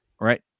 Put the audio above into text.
Right